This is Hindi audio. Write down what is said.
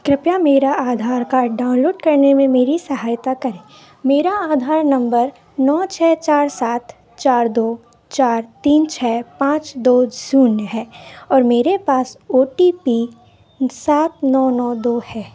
कृपया मेरा आधार कार्ड डाउनलोड करने में मेरी सहायता करें मेरा आधार नंबर नौ छः चार सात चार दो चार तीन छः पाँच दो शून्य है और मेरे पास ओ टी पी सात नौ नौ दो है